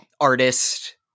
artist